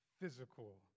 physical